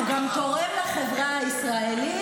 הוא גם תורם לחברה הישראלית,